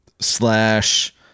slash